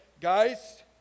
guys